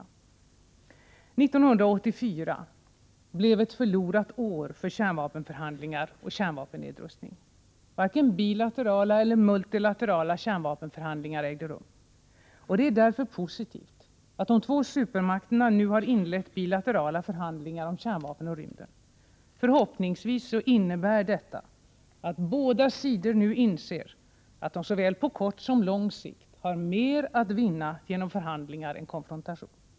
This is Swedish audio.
År 1984 blev ett förlorat år för kärnvapenförhandlingar och kärnvapennedrustning. Varken bilaterala eller multilaterala kärnvapenförhandlingar ägde rum. Det är därför positivt att de två supermakterna nu har inlett bilaterala förhandlingar om kärnvapen och rymden. Förhoppningsvis innebär detta att båda sidor nu inser att de såväl på kort som på lång sikt har mer att vinna genom förhandlingar än konfrontation.